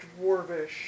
Dwarvish